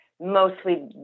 mostly